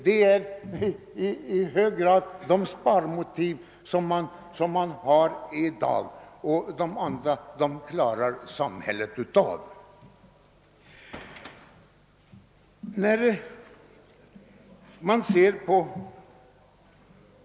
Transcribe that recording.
Det är i stor utsträckning sådana sparmotiv man har i dag, och det andra klarar samhället av.